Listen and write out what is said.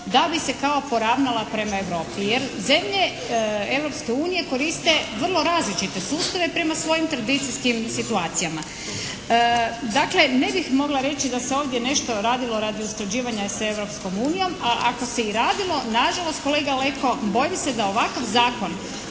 da bi se kao poravnala prema Europi, jer zemlje Europske unije koriste vrlo različite sustave prema svojim tradicijskim situacijama. Dakle, ne bih mogla reći da se ovdje nešto radilo radi usklađivanja sa Europskom unijom, a ako se i radilo na žalost kolega Leko bojim se da ovakav zakon